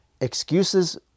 Excuses